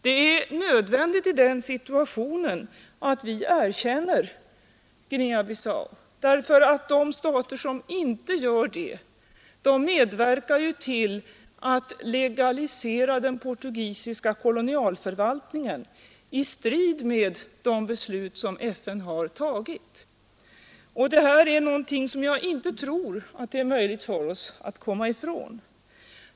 Det är nödvändigt i den situationen att vi erkänner Guinea-Bissau, därför att de stater som inte gör det medverkar till att legalisera den portugisiska kolonialförvaltningen, i strid mot de beslut som FN har fattat. Det här är någonting som jag inte tror att det är möjligt för oss att komma ifrån.